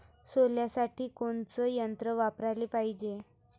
सोल्यासाठी कोनचं यंत्र वापराले पायजे?